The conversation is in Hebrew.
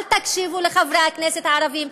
אל תקשיבו לחברי הכנסת הערבים,